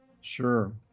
Sure